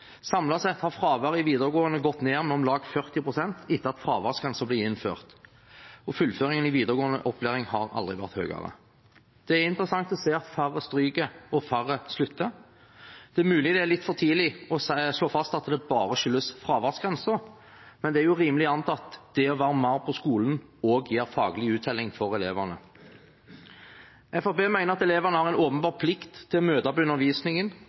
sett har fraværet i videregående gått ned med om lag 40 pst. etter at fraværsgrensen ble innført. Fullføringen i videregående opplæring har aldri vært høyere. Det er interessant å se at færre stryker og færre slutter. Det er mulig det er litt for tidlig å slå fast at det bare skyldes fraværsgrensen, men det er rimelig å anta at det å være mer på skolen også gir faglig uttelling for elevene. Fremskrittspartiet mener at elevene har en åpenbar plikt til å møte til undervisningen.